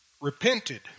repented